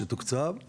שתוקצב.